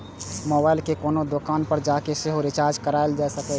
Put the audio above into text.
mobile कें कोनो दोकान पर जाके सेहो रिचार्ज कराएल जा सकैए